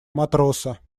матроса